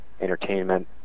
entertainment